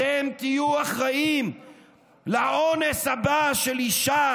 אתם תהיו אחראים לאונס הבא של אישה